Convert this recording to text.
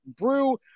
brew